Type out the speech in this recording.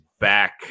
back